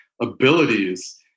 abilities